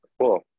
cool